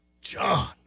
John